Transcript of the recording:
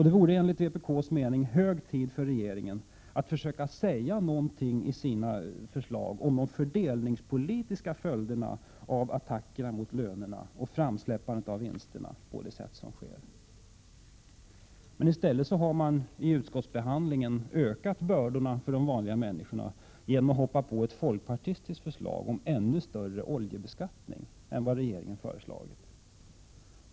Det vore enligt vpk:s mening hög tid för regeringen att försöka säga något också om de fördelningspolitiska följderna av attackerna mot lönerna och framsläppandet av vinsterna på det sätt som sker. I stället har socialdemokraterna vid utskottsbehandlingen ökat bördorna för de vanliga människorna genom att hoppa på ett folkpartistiskt förslag om en ännu större oljebeskattning än vad regeringen föreslagit.